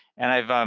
and i've